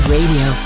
Radio